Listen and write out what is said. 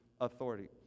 authority